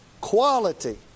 quality